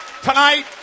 Tonight